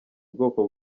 ubwoko